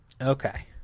okay